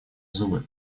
зубы